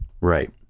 right